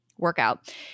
workout